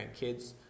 grandkids